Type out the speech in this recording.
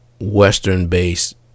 Western-based